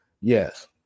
Yes